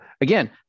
again